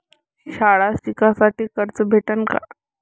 शाळा शिकासाठी कर्ज भेटन का?